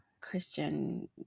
Christian